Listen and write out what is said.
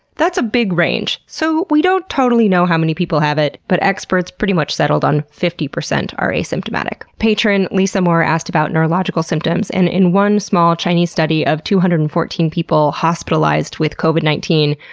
that's a big range. so, we don't totally know how many people have it, but experts pretty much settled on fifty percent are asymptomatic. patron lisa moore asked about neurological symptoms. and in one small chinese study of two hundred and fourteen people hospitalized with covid nineteen,